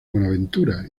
buenaventura